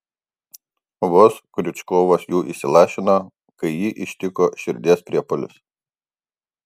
vos kriučkovas jų įsilašino kai jį ištiko širdies priepuolis